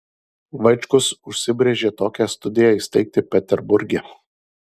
vaičkus užsibrėžė tokią studiją įsteigti peterburge